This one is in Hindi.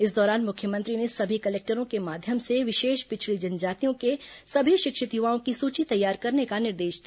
इस दौरान मुख्यमंत्री ने सभी कलेक्टरों के माध्यम से विशेष पिछडी जनजातियों के सभी शिक्षित युवाओं की सुची तैयार करने का निर्देश दिया